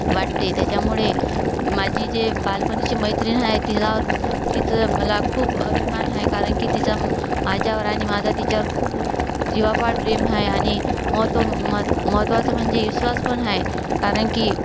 वाटते त्याच्यामुळे माझी जे बालपणीची मैत्रीण आहे तिलावर तिचं मला खूप अभिमान आहे कारण की तिचा माझ्यावर आणि माझा तिच्यावर खूप जीवापाड प्रेम आहे आणि मोहतोम मत महत्त्वाचं म्हणजे विश्वासपण आहे कारण की